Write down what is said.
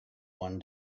one